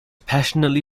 passionately